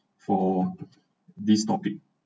for this topic